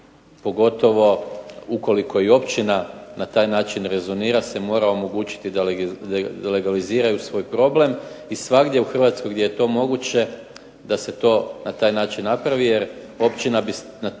pogotovo ukoliko i općina na taj način rezonira se mora omogućiti da legaliziraju svoj problem i svagdje u Hrvatskoj gdje je to moguće da se to na taj način napravi, jer općina bi